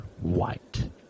white